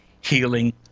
healing